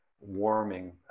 warming